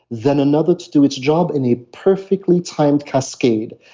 then another to do its job in a perfectly timed cascade.